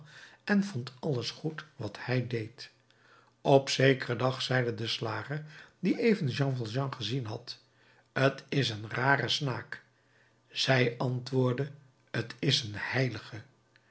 en vond alles goed wat hij deed op zekeren dag zeide de slager die even jean valjean gezien had t is een rare snaak zij antwoordde t is een heilige